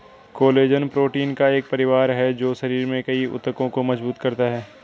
collagen protein का एक परिवार है जो शरीर में कई ऊतकों को मजबूत करता है